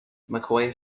mccoy